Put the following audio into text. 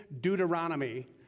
Deuteronomy